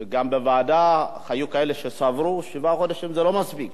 וגם בוועדה היו כאלה שסברו ששבעה חודשים זה לא מספיק.